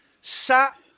sat